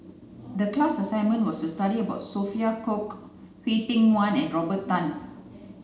the class assignment was to study about Sophia Cooke Hwang Peng Yuan and Robert Tan